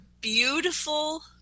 beautiful